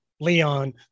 leon